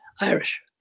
Irish